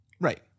Right